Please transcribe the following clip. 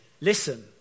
listen